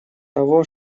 того